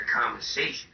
conversation